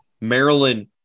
Maryland